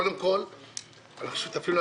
זה פשוט כתם על